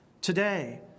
today